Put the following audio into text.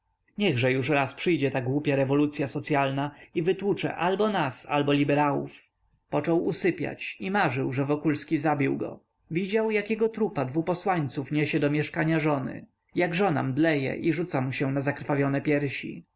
niechże już raz przyjdzie ta głupia rewolucya socyalna i wytłucze albo nas albo liberałów począł usypiać i marzył że wokulski zabił go widział jak jego trupa dwu posłańców niesie do mieszkania żony jak żona mdleje i rzuca mu się na zakrwawione piersi